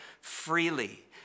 freely